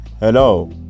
Hello